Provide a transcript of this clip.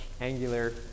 angular